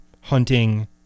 hunting